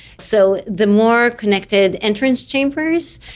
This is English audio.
so the more connected entrance chambers,